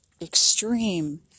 extreme